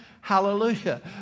hallelujah